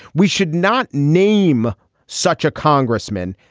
we should not name such a congressman.